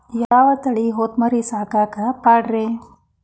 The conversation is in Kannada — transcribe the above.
ಯಾವ ತಳಿ ಹೊತಮರಿ ಸಾಕಾಕ ಪಾಡ್ರೇ?